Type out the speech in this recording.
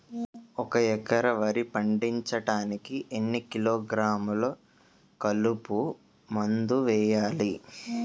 ఒక ఎకర వరి పండించటానికి ఎన్ని కిలోగ్రాములు కలుపు మందు వేయాలి?